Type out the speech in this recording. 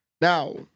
now